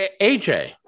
AJ